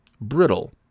brittle